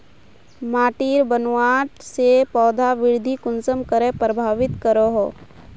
माटिर बनावट से पौधा वृद्धि कुसम करे प्रभावित करो हो?